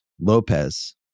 Lopez